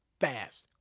fast